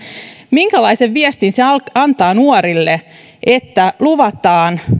minkälaisen viestin se antaa nuorille että luvataan